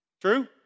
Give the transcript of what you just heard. True